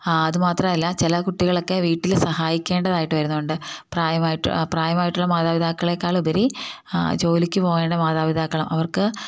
അതുമാത്രമല്ല ചില കുട്ടികളൊക്കെ വീട്ടിൽ സഹായിക്കേണ്ടതായിട്ട് വരുന്നുണ്ട് പ്രായമായിട്ട് പ്രായമായിട്ടുള്ള മാതാപിതാക്കളേക്കാൾ ഉപരി ജോലിക്ക് പോവേണ്ട മാതാപിതാക്കളും അവർക്ക്